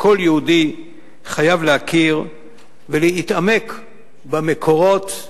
וכל יהודי חייב להכיר ולהתעמק במקורות,